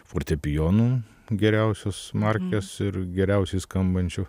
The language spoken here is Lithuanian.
fortepijonų geriausios smarkios ir geriausiai skambančių